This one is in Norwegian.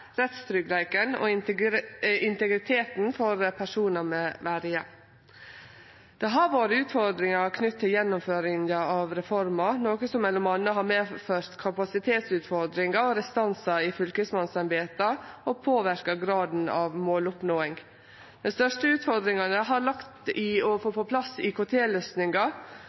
rettstryggleiken og integriteten for dei personane det gjeld. Det har vore utfordringar knytte til gjennomføringa av reforma, noko som mellom anna har medført kapasitetsutfordringar og restansar i fylkesmannsembeta og påverka graden av måloppnåing. Dei største utfordringane har lege i å få på plass IKT-løysingar, ein vesentleg auke i